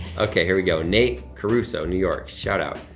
okay, here we go nate caruso new york shout-out,